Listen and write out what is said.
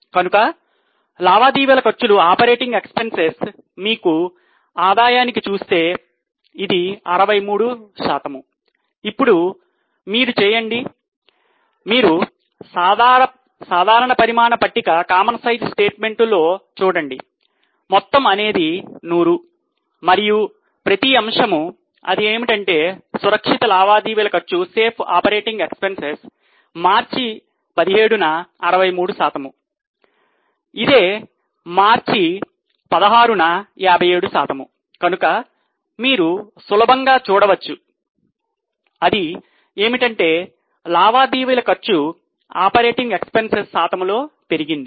కనుక లావాదేవీల ఖర్చులు శాతంలో పెరిగింది